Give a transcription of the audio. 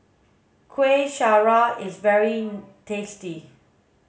kueh syara is very tasty